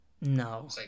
No